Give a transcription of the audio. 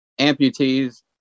amputees